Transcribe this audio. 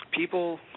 people